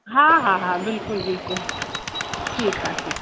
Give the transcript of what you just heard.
हा हा हा बिल्कुलु बिल्कुलु ठीकु आहे ठीकु